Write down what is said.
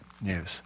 news